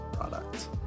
product